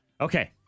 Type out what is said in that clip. Okay